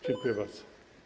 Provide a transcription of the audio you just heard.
Dziękuję bardzo.